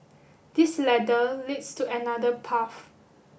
this ladder leads to another path